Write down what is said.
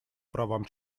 правам